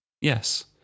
yes